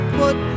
put